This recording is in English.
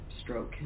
stroke